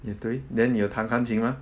也对 then 你有弹钢琴吗